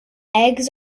eggs